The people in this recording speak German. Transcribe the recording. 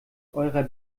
eurer